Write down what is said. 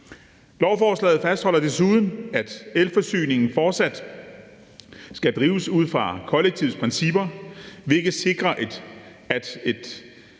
Lovforslaget fastholder desuden, at elforsyningen fortsat skal drives ud fra kollektivets principper, hvilket sikrer et